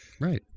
Right